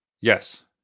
yes